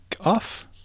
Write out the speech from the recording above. off